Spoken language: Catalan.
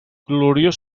gloriós